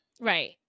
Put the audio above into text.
Right